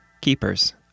Keepers